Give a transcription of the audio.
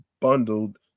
bundled